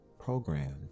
programmed